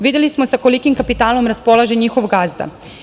Videli smo sa kolikim kapitalom raspolaže njihov gazda.